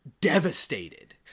devastated